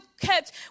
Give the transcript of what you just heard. kept